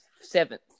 seventh